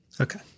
okay